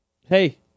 Hey